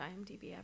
IMDb